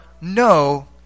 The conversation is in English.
no